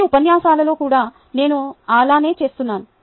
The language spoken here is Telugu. ఈ ఉపన్యాసాలలో కూడా నేను అలానే చేస్తున్నాను